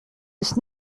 ist